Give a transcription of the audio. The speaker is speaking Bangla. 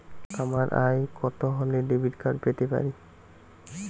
আমার আয় কত হলে ডেবিট কার্ড পেতে পারি?